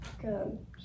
Good